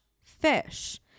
fish